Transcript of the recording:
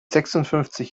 sechsundfünfzig